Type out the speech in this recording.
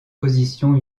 position